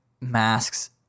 masks